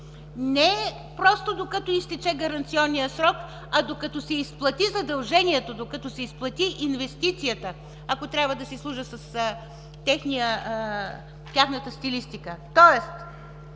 не просто докато изтече гаранционният срок, а докато се изплати задължението, докато се изплати инвестицията, ако трябва да си служа с тяхната стилистика.